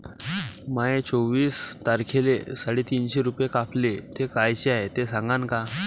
माये चोवीस तारखेले साडेतीनशे रूपे कापले, ते कायचे हाय ते सांगान का?